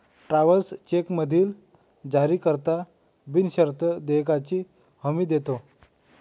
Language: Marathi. ट्रॅव्हलर्स चेकमधील जारीकर्ता बिनशर्त देयकाची हमी देतो